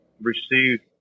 received